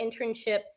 internship